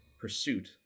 pursuit